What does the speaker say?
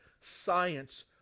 science